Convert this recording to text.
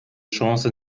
chance